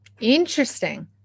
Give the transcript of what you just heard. Interesting